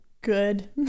good